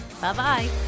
Bye-bye